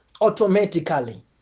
automatically